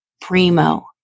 Primo